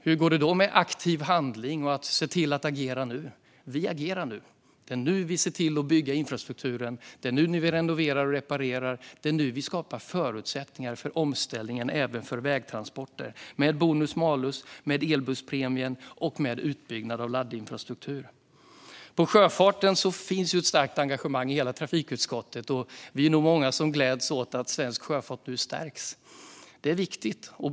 Hur går det då med aktiv handling och att se till att agera nu? Vi agerar nu. Det är nu vi ser till att bygga infrastrukturen, det är nu vi renoverar och reparerar och det är nu vi skapar förutsättningar för omställningen även för vägtransporter, med bonus-malus, med elbusspremien och med utbyggnad av laddinfrastruktur. Det finns ett starkt engagemang i hela trafikutskottet för sjöfarten. Vi är nog många som gläds åt att svensk sjöfart nu stärks. Det är viktigt.